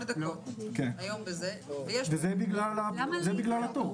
זה בגלל התור.